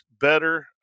better